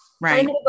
Right